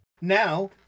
Now